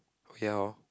oh ya hor